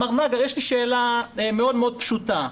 מר נגר, יש לי שאלה מאוד-מאוד פשוטה: